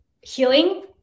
healing